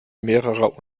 mehrerer